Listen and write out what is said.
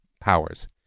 powers